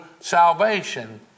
salvation